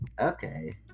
Okay